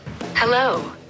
Hello